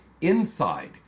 INSIDE